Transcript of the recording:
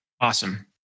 Awesome